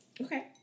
Okay